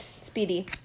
speedy